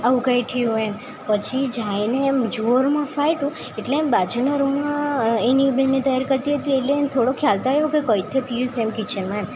આવું કાંઇ થયું એમ પછી જઈને એમ જોરમાં ફાટ્યું એટલે એની બાજુનો રૂમ એની બેનને તૈયાર કરતી હતી એટલે એને થોડો ખ્યાલ તો આવ્યો કે કંઇક તો થયું છે એમ કિચનમાં એમ